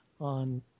on